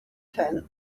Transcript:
tent